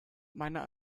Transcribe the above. meiner